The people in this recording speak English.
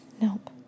Nope